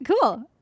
Cool